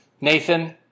Nathan